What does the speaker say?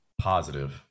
Positive